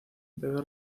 debe